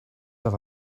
have